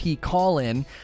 call-in